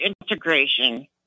integration